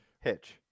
Hitch